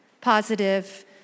positive